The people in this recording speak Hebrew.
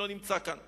הנזק על הבית,